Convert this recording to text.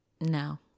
No